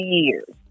years